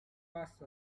passed